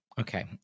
Okay